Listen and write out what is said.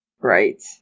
Right